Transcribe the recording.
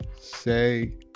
Say